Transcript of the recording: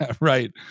Right